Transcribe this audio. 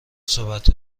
صحبت